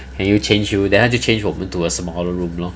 then 就 change room then 他们就 change 我们 to a smaller room lor